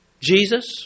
Jesus